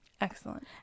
Excellent